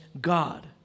God